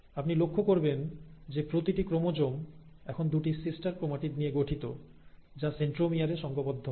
আপনি লক্ষ্য করবেন যে প্রতিটি ক্রোমোজোম এখন দুটি সিস্টার ক্রোমাটিড নিয়ে গঠিত যা সেন্ট্রোমিয়ার এ সঙ্ঘবদ্ধ হয়